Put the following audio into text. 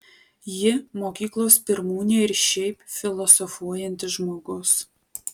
ji mokyklos pirmūnė ir šiaip filosofuojantis žmogus